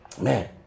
man